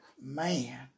man